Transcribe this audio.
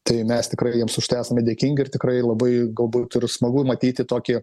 tai mes tikrai jiems už tai esame dėkingi ir tikrai labai galbūt ir smagu matyti tokį